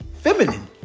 feminine